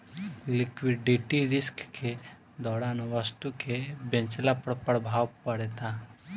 liquidity risk के दौरान वस्तु के बेचला पर प्रभाव पड़ेता